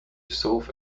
sauf